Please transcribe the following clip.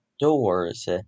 doors